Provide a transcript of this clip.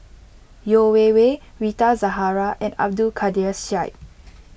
Yeo Wei Wei Rita Zahara and Abdul Kadir Syed